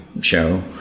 show